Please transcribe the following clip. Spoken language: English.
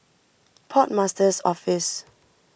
Port Master's Office